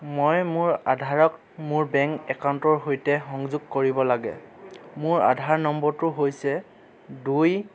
মই মোৰ আধাৰক মোৰ বেংক একাউণ্টৰ সৈতে সংযোগ কৰিব লাগে মোৰ আধাৰ নম্বৰটো হৈছে দুই